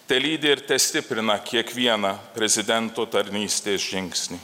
telydi ir testiprina kiekvieną prezidento tarnystės žingsnį